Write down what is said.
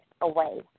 away